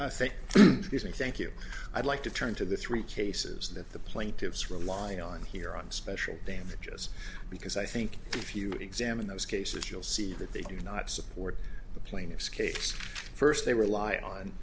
think thank you i'd like to turn to the three cases that the plaintiffs rely on here on special damages because i think if you examine those cases you'll see that they do not support the plaintiff's case first they rely on